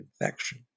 infection